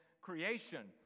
creation